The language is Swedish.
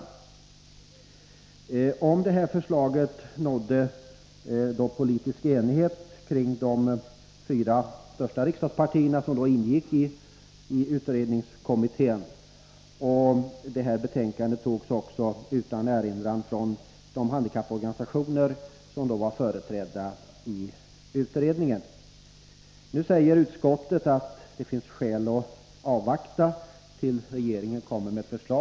Kring detta förslag enades de fyra största riksdagspartierna i utredningskommittén, och betänkandet godtogs också utan erinran av de handikapporganisationer som då var företrädda i utredningen. Nu säger utskottet att det finns skäl att avvakta med ytterligare beredning av den här frågan till dess att regeringen kommer med sitt förslag.